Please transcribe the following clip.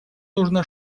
нужно